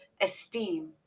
esteem